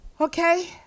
Okay